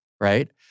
right